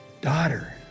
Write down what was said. daughter